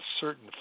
certain